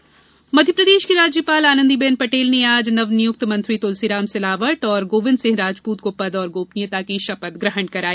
मंत्री शपथ मध्यप्रदेश की राज्यपाल आनंदीबेन पटेल ने आज नवनियुक्त मंत्री तुलसीराम सिलावट और गोविंद सिंह राजपूत को पद और गोपनीयता की शपथ ग्रहण कराई